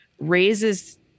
raises